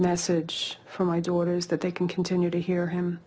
message for my daughters that they can continue to hear him